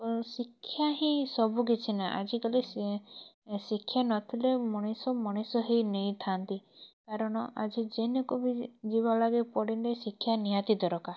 ଶିକ୍ଷା ହିଁ ସବୁ କିଛି ନା ଆଜିକାଲି ଏ ଶିକ୍ଷା ନଥିଲେ ମଣିଷ ମଣିଷ ହେଇ ନେଇଥାନ୍ତି କାରଣ ଆଜି ଯେନକୁ ବି ଯିବାର୍ଲାଗି ପଡ଼ିଲେ ଶିକ୍ଷା ନିହାତି ଦରକାର